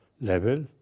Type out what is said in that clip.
level